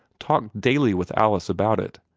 talked daily with alice about it.